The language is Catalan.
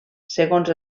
segons